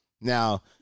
Now